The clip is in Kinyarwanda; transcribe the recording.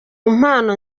mpano